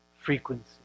Frequency